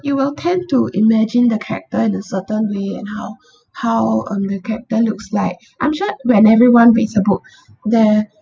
you will tend to imagine the character in a certain way and how how um the character looks like I'm sure when everyone reads a book there